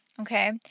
okay